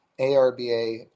ARBA